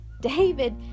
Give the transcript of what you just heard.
David